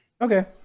Okay